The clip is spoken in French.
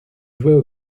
jouaient